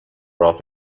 راه